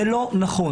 זה לא נכון.